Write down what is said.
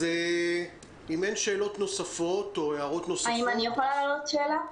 אז אם אין שאלות או הערות נוספות -- אני יכולה להעלות שאלה?